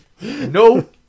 No